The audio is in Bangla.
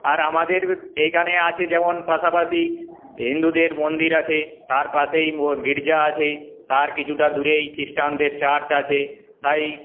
আর আমাদের এইখানে আছে যেমন পাশাপাশি হিন্দুদের মন্দির আছে তার পাশেই গির্জা আছে তার কিছুটা দূরেই খ্রিস্টানদের চার্চ আছে তাই